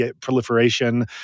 proliferation